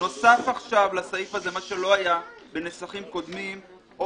נוסף לסעיף הזה מה שלא היה בנסחים קודמים - או